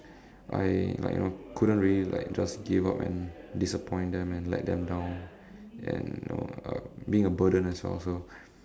I like you know couldn't really like just give up and disappoint them and let them down and you know uh being a burden as well so